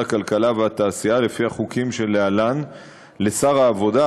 הכלכלה והתעשייה לפי החוקים שלהלן לשר העבודה,